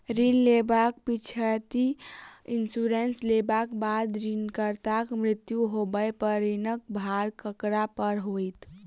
ऋण लेबाक पिछैती इन्सुरेंस लेबाक बाद ऋणकर्ताक मृत्यु होबय पर ऋणक भार ककरा पर होइत?